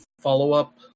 follow-up